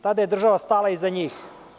Tada je država stala iza njih.